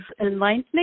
enlightening